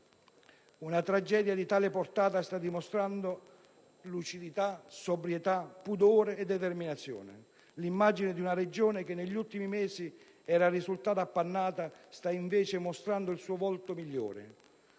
una tragedia di tale portata sta dimostrando lucidità, sobrietà, pudore e determinazione. L'immagine di una Regione che negli ultimi mesi era risultata appannata sta invece dimostrando il suo volto migliore,